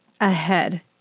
ahead